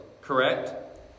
correct